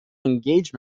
engagement